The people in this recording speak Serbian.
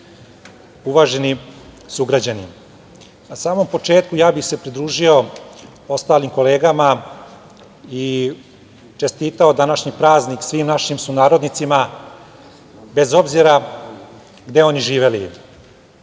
uvaženi sugrađani, na samom početku ja bih se pridružio ostalim kolegama i čestitao današnji praznik svim našim sunarodnicima, bez obzira gde oni živeli. Danas